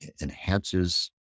enhances